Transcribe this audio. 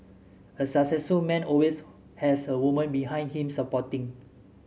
a successful man always has a woman behind him supporting